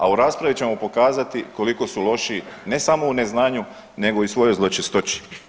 A u raspravi ćemo pokazati koliko su loši ne samo u neznanju nego i u svojoj zločestoći.